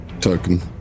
token